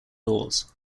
doors